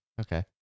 Okay